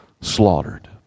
slaughtered